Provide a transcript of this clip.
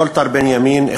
ולטר בנימין,